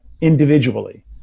individually